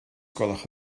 gwelwch